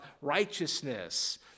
righteousness